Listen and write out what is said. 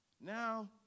Now